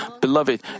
Beloved